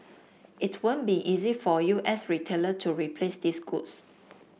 it won't be easy for U S retailer to replace these goods